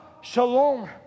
Shalom